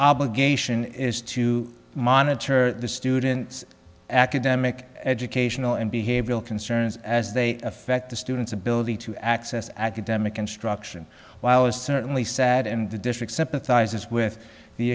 obligation is to monitor the student's academic educational and behavioral concerns as they affect the student's ability to access academic instruction while it's certainly sad and the district sympathizes with the